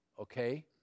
okay